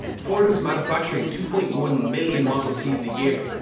ford was manufacturing two point one million model ts a year,